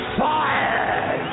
fired